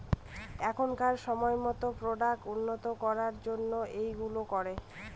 এখনকার সময়তো প্রোডাক্ট উন্নত করার জন্য এইগুলো করে